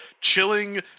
chilling